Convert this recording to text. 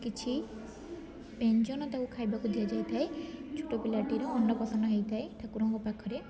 କିଛି ବ୍ୟଞ୍ଜନ ତାକୁ ଖାଇବାକୁ ଦିଆଯାଇଥାଏ ଛୁଟ ପିଲାଟିର ଅର୍ଣ୍ଣପ୍ରସନ୍ନ ହୋଇଥାଏ ଠାକୁରଙ୍କ ପାଖରେ